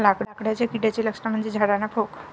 लाकडाच्या किड्याचे लक्षण म्हणजे झाडांना भोक